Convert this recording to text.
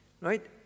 Right